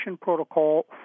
protocol